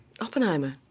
Oppenheimer